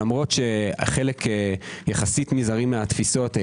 שלמרות שחלק יחסית מזערי מהתפיסות,